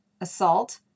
assault